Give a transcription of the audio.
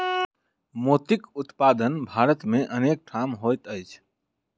मोतीक उत्पादन भारत मे अनेक ठाम होइत अछि